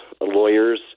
lawyers